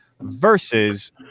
versus